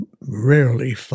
rarely